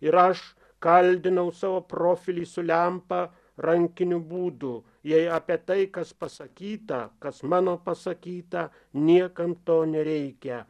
ir aš kaltinau savo profilį su lempa rankiniu būdu jei apie tai kas pasakyta kas mano pasakyta niekam to nereikia